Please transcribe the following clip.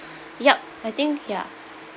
yup I think ya